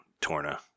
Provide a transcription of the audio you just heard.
Torna